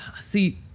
See